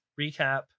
recap